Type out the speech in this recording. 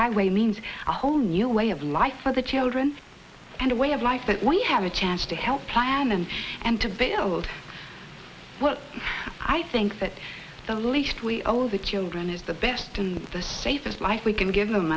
highway means a whole new way of life for the children and a way of life that we have a chance to help plan and and to build well i think that the least we owe the children is the best and the safest life we can give them